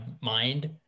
mind